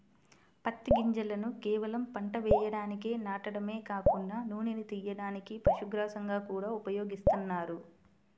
పత్తి గింజలను కేవలం పంట వేయడానికి నాటడమే కాకుండా నూనెను తియ్యడానికి, పశుగ్రాసంగా గూడా ఉపయోగిత్తన్నారు